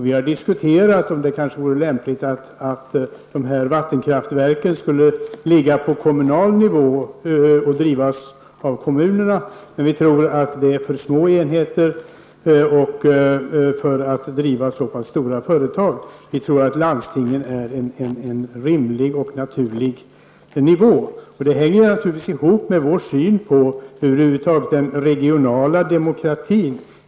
Vi har diskuterat om det kanske vore lämpligt att vattenkraftverk skulle ligga på kommunal nivå och drivas av kommunerna. Men vi tror att det är för små enheter för att driva så pass stora företag. Vi tror att landstingen är en rimlig och naturlig nivå. Det hänger naturligtvis ihop med vår syn på den regionala demokratin.